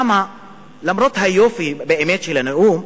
למרות היופי, באמת, של הנאום,